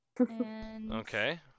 Okay